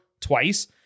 twice